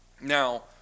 Now